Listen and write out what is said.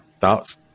Thoughts